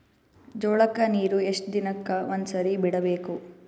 ಜೋಳ ಕ್ಕನೀರು ಎಷ್ಟ್ ದಿನಕ್ಕ ಒಂದ್ಸರಿ ಬಿಡಬೇಕು?